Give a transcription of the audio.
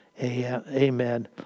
Amen